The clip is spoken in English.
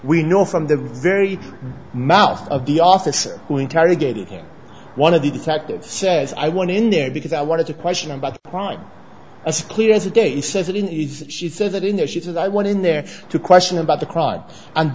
we know from the very mouth of the officer who interrogated him one of the detectives says i went in there because i wanted to question about the crime as clear as the day she said that in their shoes and i went in there to question about the crime and